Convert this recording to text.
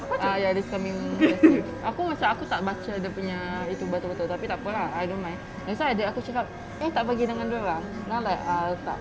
ah ya this coming aku macam aku tak baca dia punya itu betul betul tapi takpe lah I don't mind that's why adik aku cakap eh tak pergi dengan dia orang then I'm like err tak